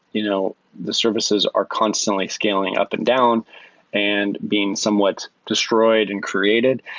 you know the services are constantly scaling up and down and being somewhat destroyed and created.